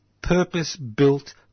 Purpose-built